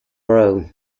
bro